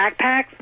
backpacks